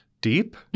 deep